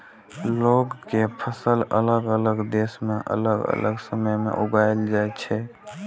लौंग के फसल अलग अलग देश मे अलग अलग समय मे उगाएल जाइ छै